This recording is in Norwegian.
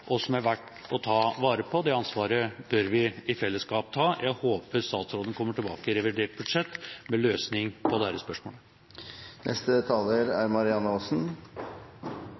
og som er verdt å ta vare på. Det ansvaret bør vi i fellesskap ta, og jeg håper statsråden kommer tilbake i revidert budsjett med en løsning på dette spørsmålet.